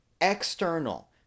external